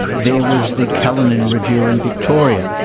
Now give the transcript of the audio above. there was the callinan review in victoria.